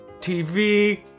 TV